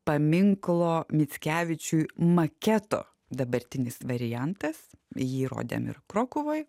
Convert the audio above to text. paminklo mickevičiui maketo dabartinis variantas jį rodėm ir krokuvoj